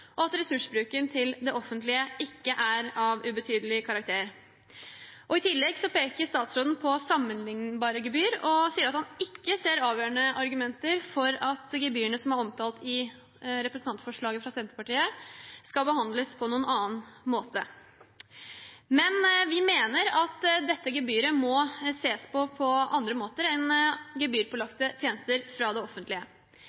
og at ressursbruken til det offentlige ikke er av ubetydelig karakter. I tillegg peker statsråden på sammenlignbare gebyr og sier at han ikke ser avgjørende argumenter for at gebyrene som er omtalt i representantforslaget fra Senterpartiet, skal behandles på noen annen måte. Men vi mener at dette gebyret må ses på på andre måter enn